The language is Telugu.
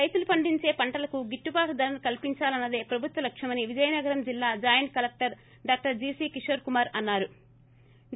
రైతులు పండించే పంటలకు గిట్లుబాటు ధరను కల్పించాలన్నదే ప్రభుత్వ లక్షమని విజయనగరం జిల్లా joint collector doctor GC Kishore Kumar అన్సారు